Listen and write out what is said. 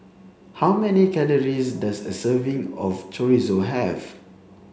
how many calories does a serving of Chorizo have